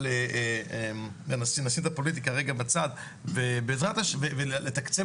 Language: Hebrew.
אבל אם נשית את הפוליטיקה רגע בצד ולתקצב